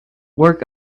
work